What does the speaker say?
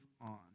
on